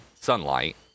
sunlight